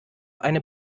eine